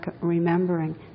remembering